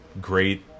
great